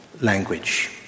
language